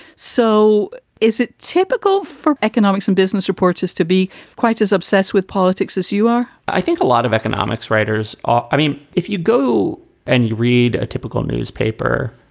so is it typical for economics in business reports is to be quite as obsessed with politics as you are? i think a lot of economics writers are. i mean, if you go and you read a typical newspaper,